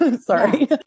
Sorry